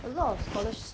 a lot of scholarship